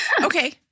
Okay